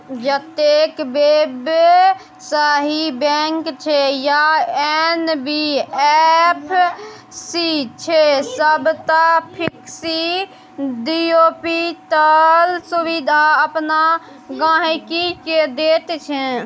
जतेक बेबसायी बैंक छै या एन.बी.एफ.सी छै सबटा फिक्स डिपोजिटक सुविधा अपन गांहिकी केँ दैत छै